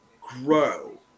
grow